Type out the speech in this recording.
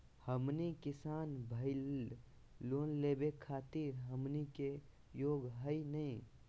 हमनी किसान भईल, लोन लेवे खातीर हमनी के योग्य हई नहीं?